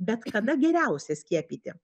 bet kada geriausia skiepyti